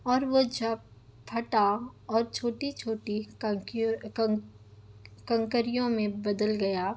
اور وہ جب پھٹا اور چھوٹی چھوٹی کنکیوں کنک کنکریوں میں بدل گیا